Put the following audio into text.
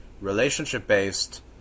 relationship-based